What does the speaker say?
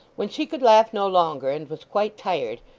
when she could laugh no longer, and was quite tired,